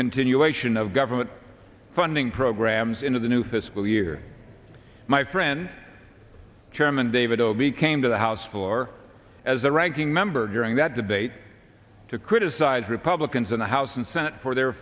continuation of government funding programs into the new fiscal year my friend chairman david obey came to the house floor as a ranking member during that debate to criticize republicans in the house and senate for their